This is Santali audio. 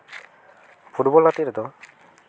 ᱯᱷᱩᱴᱵᱚᱞ ᱜᱟᱛᱮᱜ ᱨᱮᱫᱚ